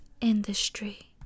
industry